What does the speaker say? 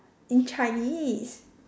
in chinese